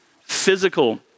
physical